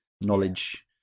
knowledge